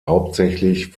hauptsächlich